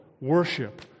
worship